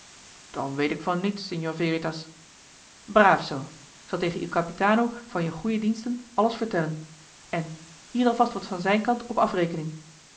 dan weet ik van niets signor veritas braaf zoo k zal tegen il capitano van je goede diensten alles vertellen en hier alvast wat van zijn kant op afrekening